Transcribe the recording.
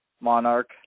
monarch